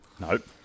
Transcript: Nope